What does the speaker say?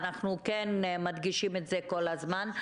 ואנחנו כן מדגישים את זה כל הזמן,